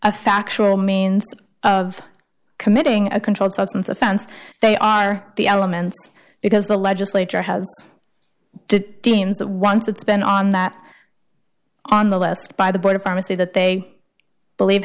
a factual means of committing a controlled substance offense they are the elements because the legislature has to teams that once it's been on that on the list by the board of pharmacy that they believe